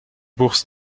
bourse